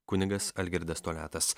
kunigas algirdas toliatas